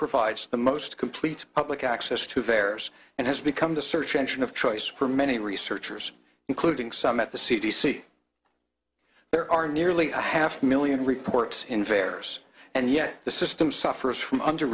provides the most complete public access to there and has become the search engine of choice for many researchers including some at the c d c there are nearly a half million reports in fares and yet the system suffers from under